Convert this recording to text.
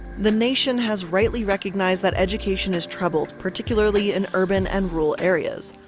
the nation has rightly recognized that education is troubled, particularly in urban and rural areas.